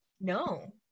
No